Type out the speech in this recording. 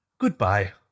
Goodbye